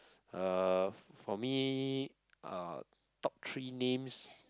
uh for me uh top three names